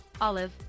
Olive